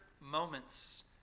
moments